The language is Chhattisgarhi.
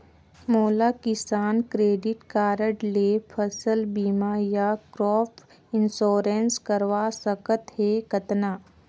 मोला किसान क्रेडिट कारड ले फसल बीमा या क्रॉप इंश्योरेंस करवा सकथ हे कतना?